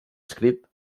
escrit